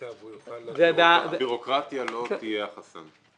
הבירוקרטיה לא תהיה החסם.